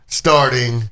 starting